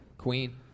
Queen